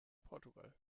portugal